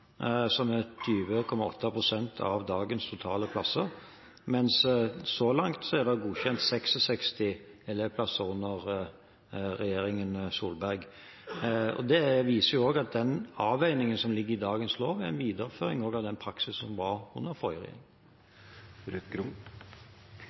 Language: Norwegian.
som er 20,8 pst. av dagens totale plasser, mens så langt er det godkjent 66 elevplasser under regjeringen Solberg. Det viser også at den avveiningen som ligger i dagens lov, er en videreføring av den praksis som var under forrige regjering.